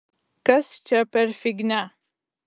kas čia per fignia